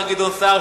השר גדעון סער,